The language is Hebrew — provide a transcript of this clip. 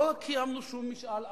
לא קיימנו שום משאל עם,